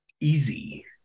easy